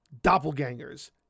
doppelgangers